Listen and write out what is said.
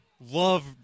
love